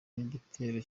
n’igitero